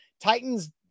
Titans